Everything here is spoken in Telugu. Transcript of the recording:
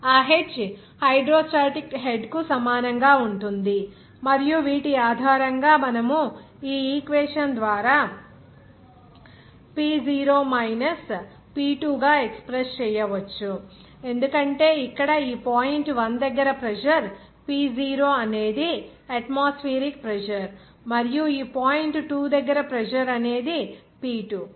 ఆ h హైడ్రోస్టాటిక్ హెడ్ కు సమానంగా ఉంటుంది మరియు వీటి ఆధారంగా మనము ఈ ఈక్వేషన్ ద్వారా P0 మైనస్ P2 గా ఎక్స్ప్రెస్ చేయవచ్చు ఎందుకంటే ఇక్కడ ఈ పాయింట్ 1 దగ్గర ప్రెజర్ P0 అనేది అట్మాస్ఫియరిక్ ప్రెజర్ మరియు ఈ పాయింట్ 2 దగ్గర ప్రెజర్ అనేది P2